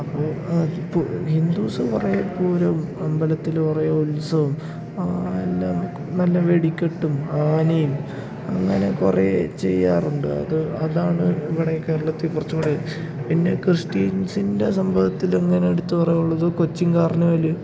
അപ്പോൾ അതിപ്പോൾ ഹിന്ദൂസ് കുറേ പൂരം അമ്പലത്തിൽ കുറേ ഉത്സവം എല്ലാം നല്ല വെടിക്കെട്ടും ആനയും അങ്ങനെ കുറേ ചെയ്യാറുണ്ട് അത് അതാണ് ഇവിടെ കേരളത്തിൽ കുറച്ചുകൂടി പിന്നെ ക്രിസ്ത്യൻസിൻ്റെ സംഭവത്തിൽ ഇങ്ങനെ എടുത്തു പറയുന്നുള്ളത് കൊച്ചിൻ കാർണിവെല്